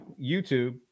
YouTube